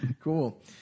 Cool